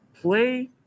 Play